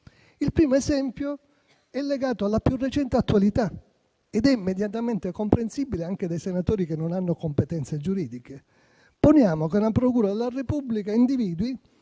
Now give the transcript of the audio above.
Il primo esempio è legato alla più recente attualità ed è immediatamente comprensibile anche dai senatori che non hanno competenze giuridiche: poniamo che una procura della Repubblica individui